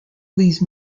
these